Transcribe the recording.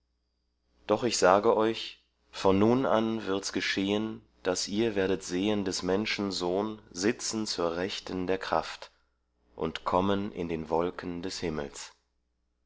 doch ich sage euch von nun an wird's geschehen daß ihr werdet sehen des menschen sohn sitzen zur rechten der kraft und kommen in den wolken des himmels